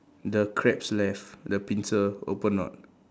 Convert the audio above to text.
the crab's left the pincer open not